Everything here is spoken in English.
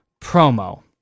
promo